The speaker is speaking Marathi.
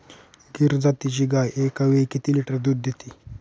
गीर जातीची गाय एकावेळी किती लिटर दूध देते?